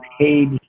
page